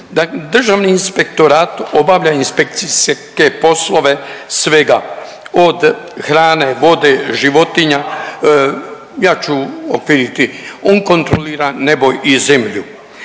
Državni inspektorat obavlja inspekcijske poslove svega, od hrane, vode, životinja, ja ću uokviriti, on kontrolira nebo i zemlju.